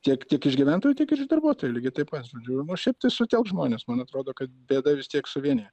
tiek tiek iš gyventojų tiek ir iš darbuotojų lygiai taip pat žodžiu nu šiaip tai sutelks žmones man atrodo kad bėda vis tiek suvienija